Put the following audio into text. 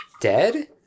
dead